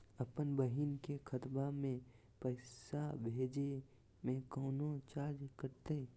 अपन बहिन के खतवा में पैसा भेजे में कौनो चार्जो कटतई?